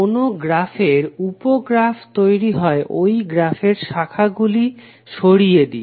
কোনো গ্রাফের উপ গ্রাফ তৈরি হয় ঐ গ্রাফের শাখাগুলি সরিয়ে দিয়ে